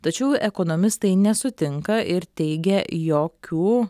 tačiau ekonomistai nesutinka ir teigia jokiu